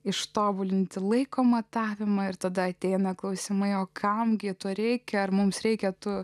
ištobulinti laiko matavimą ir tada ateina klausimai o kam gi to reikia ar mums reikia tų